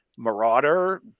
Marauder